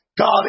God